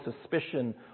suspicion